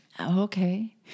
Okay